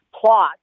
plot